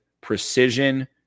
precision